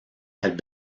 had